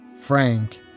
Frank